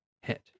hit